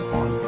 on